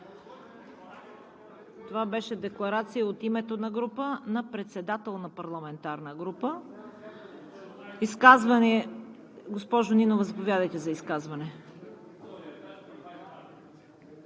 Това беше декларация от името на група на председател на парламентарна група. Госпожо Нинова, заповядайте за изказване.